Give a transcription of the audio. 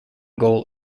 goal